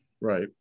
right